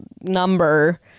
number